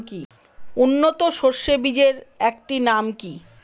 উন্নত সরষে বীজের একটি নাম কি?